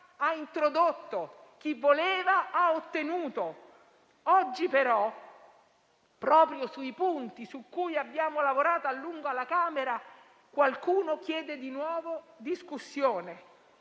ha introdotto, chi voleva ha ottenuto. Oggi però, proprio sui punti su cui abbiamo lavorato a lungo alla Camera, qualcuno chiede di nuovo discussione.